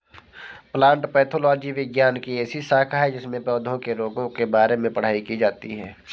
plant pathology विज्ञान की ऐसी शाखा है जिसमें पौधों के रोगों के बारे में पढ़ाई की जाती है